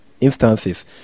instances